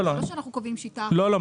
זה לא שאנחנו קובעים שיטה אחת --- נכון.